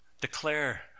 Declare